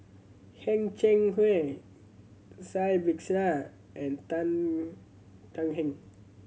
Heng Cheng Kui Cai Bixia and Tan Tan Heng